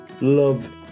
love